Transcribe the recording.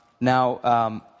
Now